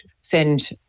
send